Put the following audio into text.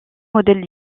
modèles